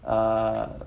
err